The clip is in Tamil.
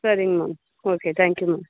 சரிங்க மேம் ஓகே தேங்க்யூ மேம்